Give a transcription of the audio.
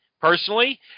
personally